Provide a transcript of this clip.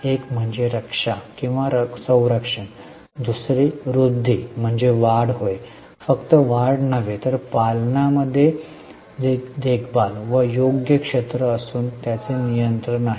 एक म्हणजे रक्षा किंवा संरक्षण दुसरे वृद्धी म्हणजे वाढ होय फक्त वाढ नव्हे तर पालनामध्ये देखभाल व योग क्षेत्र असून त्याचे नियंत्रण आहे